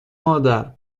مادر